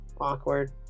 Awkward